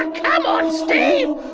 and come on steve!